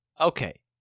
Okay